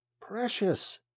precious